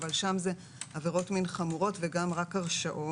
אבל שם זה עבירות מאוד חמורות וגם רק הרשעות,